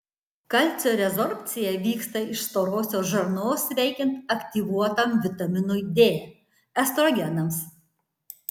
kalcio rezorbcija vyksta iš storosios žarnos veikiant aktyvuotam vitaminui d estrogenams